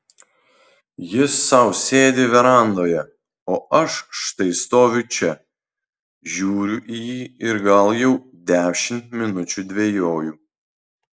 jis sau sėdi verandoje o aš štai stoviu čia žiūriu į jį ir gal jau dešimt minučių dvejoju